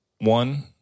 one